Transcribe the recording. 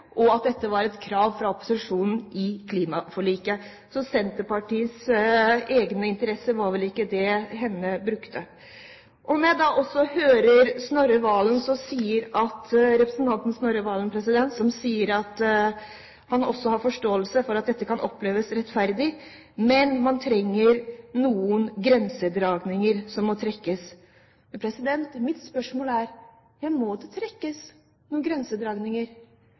et krav fra opposisjonen i klimaforliket. Så Senterpartiets egeninteresse var vel ikke det hun brukte. Når jeg hører representanten Snorre Valen si at han også har forståelse for at dette kan oppleves urettferdig, men at man trenger å gjøre noen grensedragninger, er mitt spørsmål: Må det gjøres noen grensedragninger? Hvem har sagt det? Når har man sagt det,